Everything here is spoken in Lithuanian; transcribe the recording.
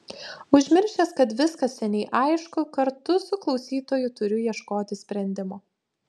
užmiršęs kad viskas seniai aišku kartu su klausytoju turiu ieškoti sprendimo